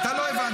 לא, אתה לא מבין,